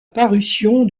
parution